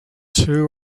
two